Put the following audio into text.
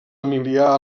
emilià